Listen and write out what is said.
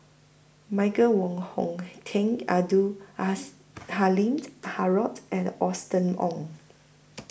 Michael Wong Hong Teng Abdul Halim Haron and Austen Ong